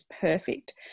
perfect